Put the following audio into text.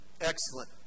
Excellent